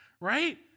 right